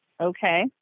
Okay